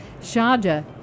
Sharjah